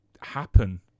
happen